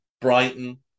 Brighton